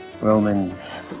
Romans